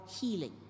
healing